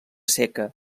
seca